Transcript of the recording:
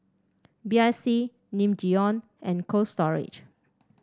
B I C Nin Jiom and Cold Storage